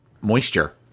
moisture